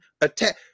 attack